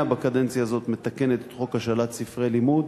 בקדנציה הזאת מתקנת את חוק השאלת ספרי לימוד,